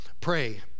pray